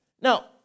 Now